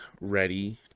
ready